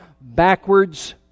backwards